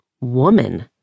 Woman